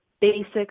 basic